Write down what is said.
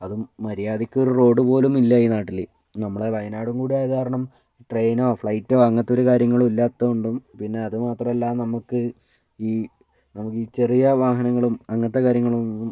അതും മര്യാദക്ക് ഒരു റോഡ് പോലും ഇല്ല ഈ നാട്ടിൽ നമ്മളെ വയനാടും കൂടെ ആയത് കാരണം ട്രെയിനോ ഫ്ലൈറ്റോ അങ്ങനത്തെ ഒരു കാര്യങ്ങളും ഇല്ലാത്തത് കൊണ്ടും ഇത് പിന്നേ അതു മാത്രമല്ല നമുക്ക് ഈ നമുക്ക് ഈ ചെറിയ വാഹനങ്ങളും അങ്ങനത്തെ കാര്യങ്ങളൊന്നും